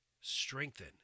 strengthen